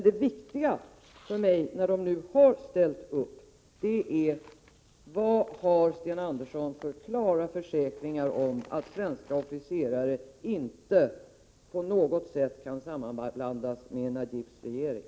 Det viktiga för mig, när vi nu har ställt upp, är: Vilka klara försäkringar har Sten Andersson om att svenska officerare inte på något sätt kan sammanblandas med Najibs regering?